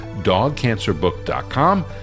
dogcancerbook.com